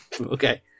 okay